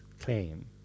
claim